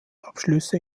abschlüsse